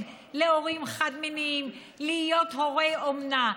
להורים חד-מיניים להיות הורי אומנה.